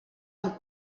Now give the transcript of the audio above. amb